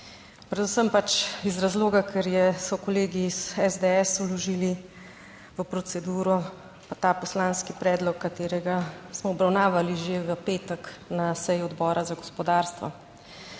predvsem pač iz razloga, ker so kolegi iz SDS vložili v proceduro pa ta poslanski predlog, katerega smo obravnavali že v petek na seji Odbora za gospodarstvo.